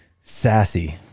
sassy